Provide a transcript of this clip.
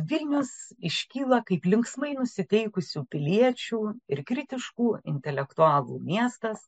vilnius iškyla kaip linksmai nusiteikusių piliečių ir kritiškų intelektualų miestas